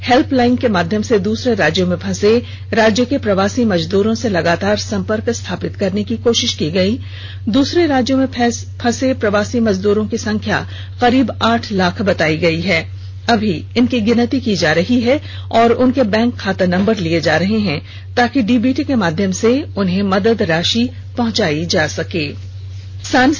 helpline के माध्यम से दूसरे राज्यों में फंसे राज्य के प्रवासी मजदूरों से लगातार संपर्क स्थापित करने की कोशिश की गयी दूसरे राज्यों में फंसे ऐसे प्रवासी मजदूरों की संख्या करीब आठ लाख बतायी गयी है अभी इनकी गिनती की जा रही है और उनके बैंक खाता नंबर लिये जा रहे है ताकि डीबीटी के माध्यम से उन्हें मदद राशि पहुंचायी जाएं